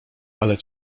ale